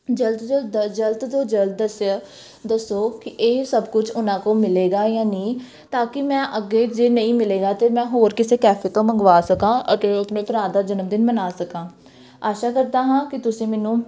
ਜਲਦ ਤੋਂ ਦ ਜਲਦ ਤੋਂ ਜਲਦ ਦੱਸਿਆ ਦੱਸੋ ਕਿ ਇਹ ਸਭ ਕੁਝ ਉਹਨਾਂ ਕੋਲ ਮਿਲੇਗਾ ਜਾਂ ਨਹੀਂ ਤਾਂ ਕਿ ਮੈਂ ਅੱਗੇ ਜੇ ਨਹੀਂ ਮਿਲੇਗਾ ਤਾਂ ਮੈਂ ਹੋਰ ਕਿਸੇ ਕੈਫੇ ਤੋਂ ਮੰਗਵਾ ਸਕਾਂ ਅਤੇ ਆਪਣੇ ਭਰਾ ਦਾ ਜਨਮਦਿਨ ਮਨਾ ਸਕਾਂ ਆਸ਼ਾ ਕਰਦਾ ਹਾਂ ਕਿ ਤੁਸੀਂ ਮੈਨੂੰ